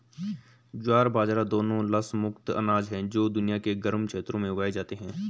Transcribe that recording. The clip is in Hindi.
ज्वार बाजरा दोनों लस मुक्त अनाज हैं जो दुनिया के गर्म क्षेत्रों में उगाए जाते हैं